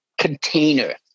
container